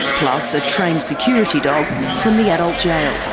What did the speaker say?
plus a trained security dog from the adult jail.